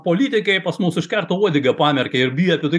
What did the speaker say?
politikai pas mus iš karto uodegą pamerkia ir bijo apie tai